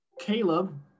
Caleb